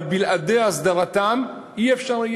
אבל בלי הסדרתם לא יהיה אפשר,